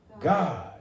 God